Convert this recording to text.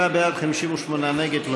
57 בעד, 58 נגד.